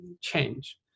change